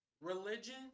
Religion